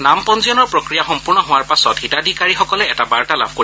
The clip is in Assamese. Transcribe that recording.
নাম পঞ্জীয়নৰ প্ৰক্ৰিয়া সম্পূৰ্ণ হোৱাৰ পাছত হিতাধীকাৰিসকলে এটা বাৰ্তা লাভ কৰিব